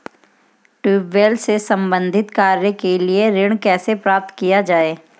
Tubewell से संबंधित कार्य के लिए ऋण कैसे प्राप्त किया जाए?